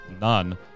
none